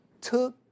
took